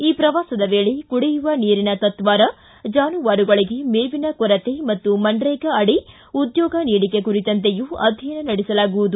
ಈ ಪ್ರವಾಸದ ವೇಳೆ ಕುಡಿಯುವ ನೀರಿನ ತತ್ವಾರ ಜಾನುವಾರುಗಳಗೆ ಮೇವಿನ ಕೊರತೆ ಮತ್ತು ಮನರೆಗಾ ಅಡಿ ಉದ್ಯೋಗ ನೀಡಿಕೆ ಕುರಿತಂತೆಯೂ ಅಧ್ಯಯನ ನಡೆಸಲಾಗುವುದು